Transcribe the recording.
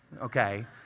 okay